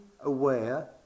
aware